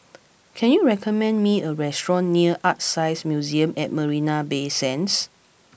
can you recommend me a restaurant near ArtScience Museum at Marina Bay Sands